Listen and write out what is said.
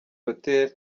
hotel